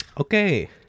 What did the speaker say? Okay